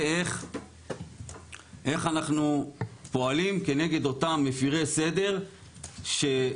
איך אנחנו פועלים כנגד אותם מפירי סדר שמייצרים